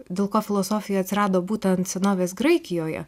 dėl ko filosofija atsirado būtent senovės graikijoje